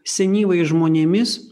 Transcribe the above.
senyvais žmonėmis